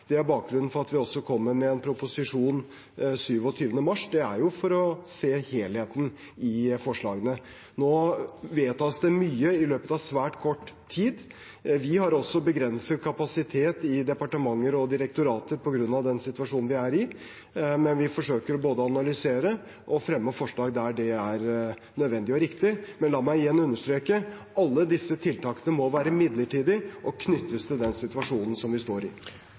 Det er bakgrunnen for at vi også kommer med en proposisjon 27. mars. Det er for å se helheten i forslagene. Nå vedtas det mye i løpet av svært kort tid. Vi har også begrenset kapasitet i departementer og direktorater på grunn av den situasjonen vi er i, men vi forsøker å både analysere og fremme forslag der det er nødvendig og riktig. Men la meg igjen understreke: Alle disse tiltakene må være midlertidige og knyttes til den situasjonen som vi står i.